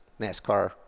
NASCAR